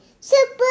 super